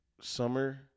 summer